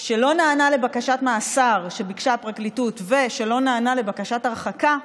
שלא נענה לבקשת מאסר שביקשה הפרקליטות ושלא נענה לבקשת הרחקה,